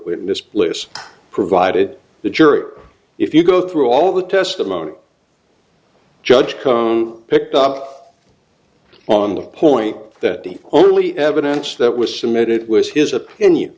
witness list provided the juror if you go through all the testimony judge picked up on the point that the only evidence that was submitted was his opinion